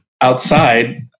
outside